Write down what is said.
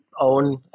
own